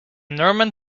norman